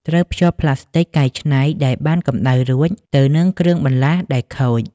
ត្រូវភ្ជាប់ផ្លាស្ទិកកែច្នៃដែលបានកំដៅរួចទៅនឹងគ្រឿងបន្លាស់ដែលខូច។